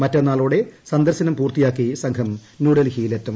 മറ്റെന്നാളോടെ സന്ദർശനം പൂർത്തിയാക്കി സംഘം ന്യൂഡൽഹിയിലെത്തും